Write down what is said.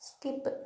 skip